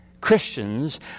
Christians